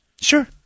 Sure